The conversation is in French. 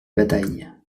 bataille